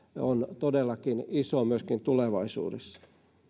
on todellakin iso myös tulevaisuudessa